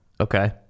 Okay